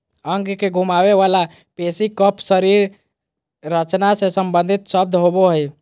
अंग के घुमावे वला पेशी कफ शरीर रचना से सम्बंधित शब्द होबो हइ